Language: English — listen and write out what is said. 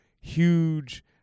huge